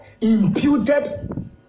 imputed